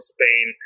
Spain